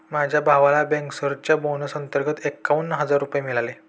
माझ्या भावाला बँकर्सच्या बोनस अंतर्गत एकावन्न हजार रुपये मिळाले